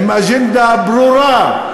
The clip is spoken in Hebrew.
אוה, עם אג'נדה ברורה.